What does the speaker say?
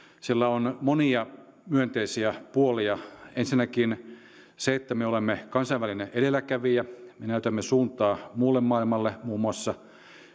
sillä on monia myönteisiä puolia ensinnäkin se että me olemme kansainvälinen edelläkävijä me näytämme suuntaa muulle maailmalle muun muassa